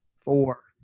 Four